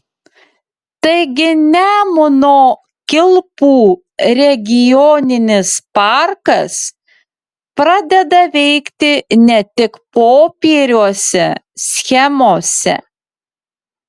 taigi nemuno kilpų regioninis parkas pradeda veikti ne tik popieriuose schemose